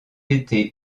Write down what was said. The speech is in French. été